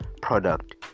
product